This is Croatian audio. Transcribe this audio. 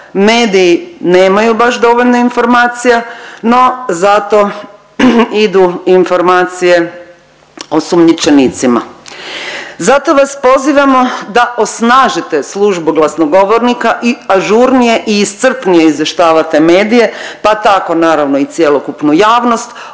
mediji nemaju baš dovoljno informacija, no zato idu informacije osumnjičenicima. Zato vas pozivamo da osnažite Službu glasnogovornika i ažurnije i iscrpnije izvještavate medije, pa tako naravno i cjelokupnu javnost